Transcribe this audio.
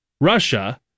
Russia